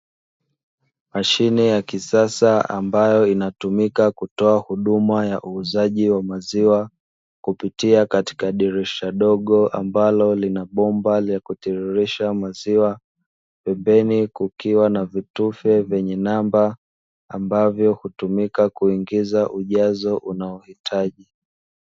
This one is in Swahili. Mashine ya kisasa ambayo inatumika kutoa huduma ya uuzaji wa maziwa, kupitia katika dirisha dogo ambalo lina bomba la kutiririsha maziwa. Pembeni kukiwa na vitufe vyenye namba ambavyo hutumika kuingiza ujazo unaohitaji.